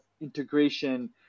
integration